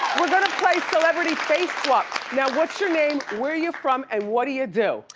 we're gonna play celebrity face swap. now what's your name, where you from and what do you do?